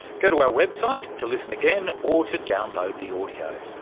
go to our website to listen again or to download the audio.